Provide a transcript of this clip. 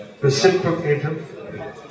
reciprocative